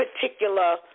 particular